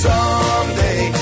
Someday